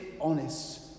honest